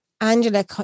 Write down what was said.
Angela